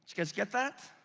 guys get that?